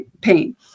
pain